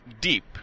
deep